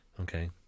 Okay